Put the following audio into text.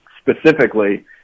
specifically